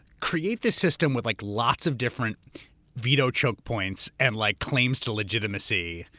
create this system with like lots of different veto choke points and like claims to legitimacy.